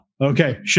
Okay